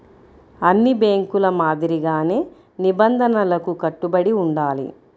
అన్ని బ్యేంకుల మాదిరిగానే నిబంధనలకు కట్టుబడి ఉండాలి